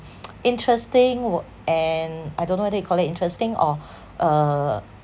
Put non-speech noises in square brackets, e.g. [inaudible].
[noise] interesting were and I don't know whether you call it interesting or uh